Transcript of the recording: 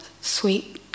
sweet